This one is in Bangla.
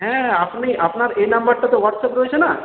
হ্যাঁ আপনি আপনার এই নাম্বারটা তো হোয়াটসঅ্যাপ রয়েছে না